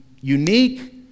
unique